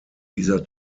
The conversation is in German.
dieser